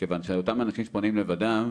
מכיוון שאותם אנשים שפונים לבדם,